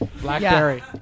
Blackberry